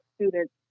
students